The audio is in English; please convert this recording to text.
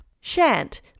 Shant